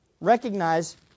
recognize